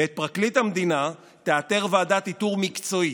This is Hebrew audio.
ואת פרקליט המדינה תאתר ועדת איתור מקצועית.